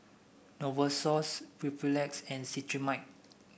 Novosource Papulex and Cetrimide